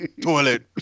toilet